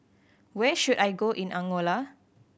where should I go in Angola